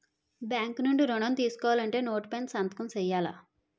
bank నుండి ఋణం తీసుకోవాలంటే నోటు పైన సంతకం సేయాల